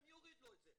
אני אוריד לו את זה.